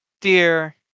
dear